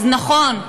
אז נכון,